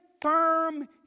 firm